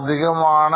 അധികമാണ്